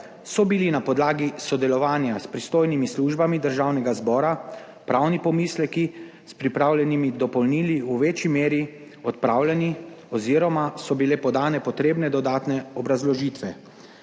so bili na podlagi sodelovanja s pristojnimi službami Državnega zbora pravni pomisleki s pripravljenimi dopolnili v večji meri odpravljeni oziroma so bile podane potrebne dodatne obrazložitve.